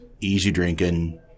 easy-drinking